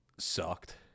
sucked